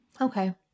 Okay